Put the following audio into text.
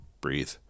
breathe